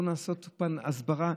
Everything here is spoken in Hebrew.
לא נעשית כאן הסברה,